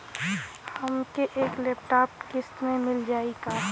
हमके एक लैपटॉप किस्त मे मिल जाई का?